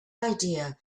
idea